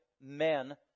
men